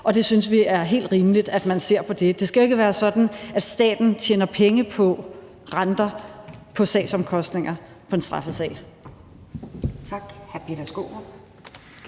Vi synes, det er helt rimeligt, at man ser på det. Det skal jo ikke være sådan, at staten tjener penge på renter på sagsomkostninger i en straffesag.